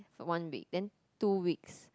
one week then two weeks